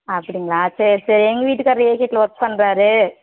அப்படிங்களா சரி சரி எங்கள் வீட்டுக்காரர் ஒர்க் பண்றார்